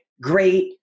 Great